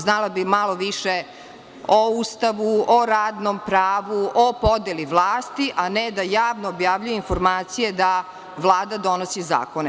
Znala bi malo više o Ustavu, o radnom pravu, o podeli vlasti, a ne da javno objavljuje informacije da Vlada donosi zakone.